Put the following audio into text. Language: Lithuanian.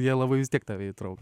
jie labai vis tiek tave įtrauk